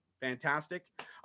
fantastic